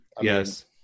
yes